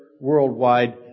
worldwide